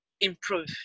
improve